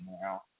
now